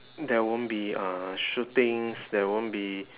there won't be uh shootings there won't be